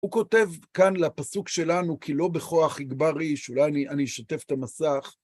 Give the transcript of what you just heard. הוא כותב כאן, לפסוק שלנו, כי לא בכוח יגבר איש, אולי אני אשתף את המסך.